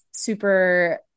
Super